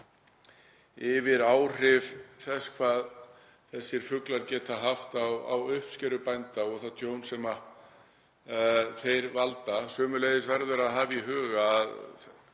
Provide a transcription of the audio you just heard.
yfir áhrifin sem þessir fuglar geta haft á uppskeru bænda og það tjón sem þeir valda. Sömuleiðis verður að hafa í huga að